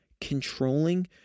controlling